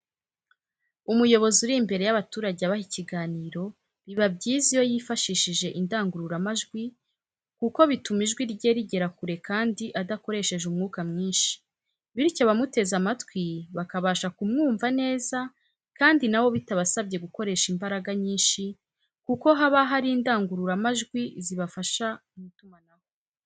Umuyobozi uri imbere y'abaturage abaha ikiganiro, biba byiza iyo yifashishije indangururamajwi kuko bituma ijwi rye rigera kure kandi adakoresheje umwuka mwinshi, bityo abamuteze amatwi bakabasha kumwumva neza kandi na bo bitabasabye gukoresha imbaraga nyinshi kuko haba hari indangururamajwi zibafasha mu itumanaho.